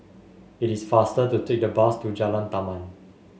it is faster to take the bus to Jalan Taman